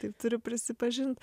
tai turiu prisipažint